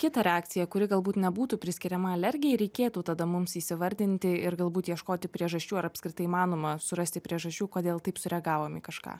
kitą reakciją kuri galbūt nebūtų priskiriama alergijai reikėtų tada mums įsivardinti ir galbūt ieškoti priežasčių ar apskritai įmanoma surasti priežasčių kodėl taip sureagavom į kažką